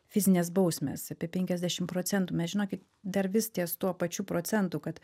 fizinės bausmės apie penkiasdešim procentų mes žinoki dar vis ties tuo pačiu procentu kad